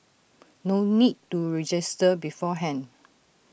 no need to register beforehand